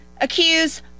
accuse